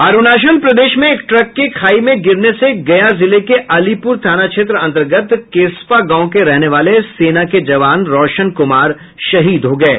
अरूणाचल प्रदेश में एक ट्रक के खाई में गिरने से गया जिले के अलीपुर थाना क्षेत्र अंतर्गत केसपा गांव के रहने वाले सेना के जवान रौशन कुमार शहीद हो गये